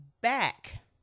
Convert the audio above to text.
back